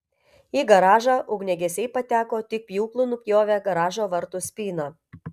į garažą ugniagesiai pateko tik pjūklu nupjovę garažo vartų spyną